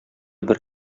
бер